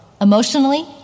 Emotionally